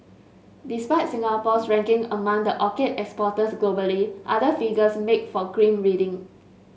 despite Singapore's ranking among the orchid exporters globally other figures make for grim reading